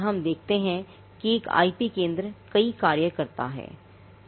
हम देखते हैं कि एक आईपी केंद्र कई कार्य करता है